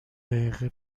دقیقه